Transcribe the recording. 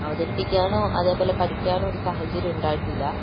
അവതരിപ്പിക്കാനോ അതേപോലെ പഠിക്കാനോ ഒരു സാഹചര്യം ഉണ്ടായിട്ടില്ല